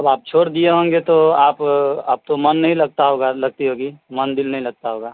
اب آپ چھوڑ دیے ہوں گے تو آپ اب تو من نہیں لگتا ہوگا لگتی ہوگی من دل نہیں لگتا ہوگا